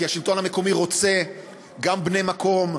כי השלטון המקומי רוצה גם בני מקום,